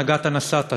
נגעת נסעת.